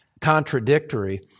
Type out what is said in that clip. contradictory